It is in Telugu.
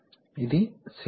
ఇది సిలిండర్